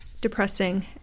depressing